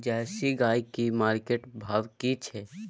Jersey गाय की market भाव की छै?